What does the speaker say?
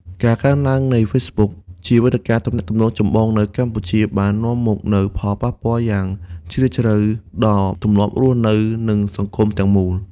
ការកើនឡើងនៃ Facebook ជាវេទិកាទំនាក់ទំនងចម្បងនៅកម្ពុជា បាននាំមកនូវ ផលប៉ះពាល់យ៉ាងជ្រាលជ្រៅ ដល់ទម្លាប់រស់នៅ និងសង្គមទាំងមូល។